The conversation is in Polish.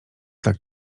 tak